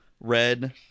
red